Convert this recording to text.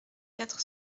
quatre